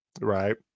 Right